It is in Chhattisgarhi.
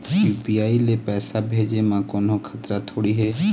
यू.पी.आई ले पैसे भेजे म कोन्हो खतरा थोड़ी हे?